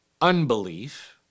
unbelief